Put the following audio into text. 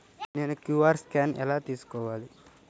నేను Q R scan ఎలా తీసుకోవాలి?